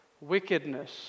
wickedness